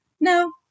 No